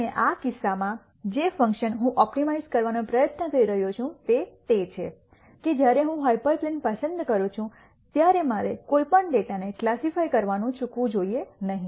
અને આ કિસ્સામાં જે ફંક્શન હું ઓપ્ટિમાઇઝ કરવાનો પ્રયત્ન કરી રહ્યો છું તે તે છે કે જ્યારે હું હાયપરપ્લેન પસંદ કરું છું ત્યારે મારે કોઈપણ ડેટાને કલાસસીફાય કરવાનું ચૂકવું જોઈએ નહીં